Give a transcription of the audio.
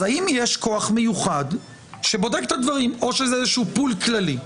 אז האם יש כוח מיוחד שבודק את הדברים או שזה איזשהו פול כללי?